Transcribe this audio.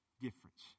difference